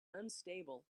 unstable